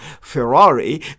Ferrari